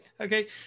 okay